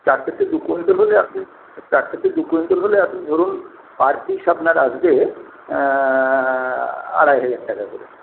চার থেকে দু কুইন্টাল হলে আপনি চার থেকে দু কুইন্টাল হলে আপনি ধরুন পার পিস আপনার আসবে আড়াই হাজার টাকা করে